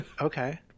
Okay